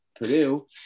Purdue